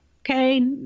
okay